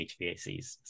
HVACs